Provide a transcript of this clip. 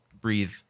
Breathe